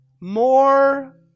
More